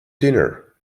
dinner